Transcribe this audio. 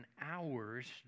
hours